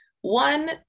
one